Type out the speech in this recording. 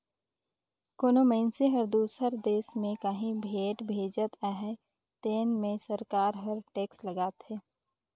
कोनो मइनसे हर दूसर देस में काहीं भेंट भेजत अहे तेन में सरकार हर टेक्स लगाथे